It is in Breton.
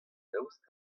daoust